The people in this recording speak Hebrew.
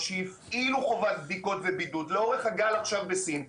שהפעילו חובת בדיקות ובידוד לאורך הגל שהיה עכשיו בסין.